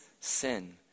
sin